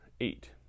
eight